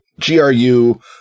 GRU